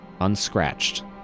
unscratched